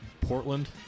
Portland